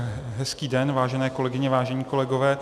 Hezký den, vážené kolegyně, vážení kolegové.